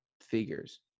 figures